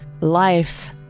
life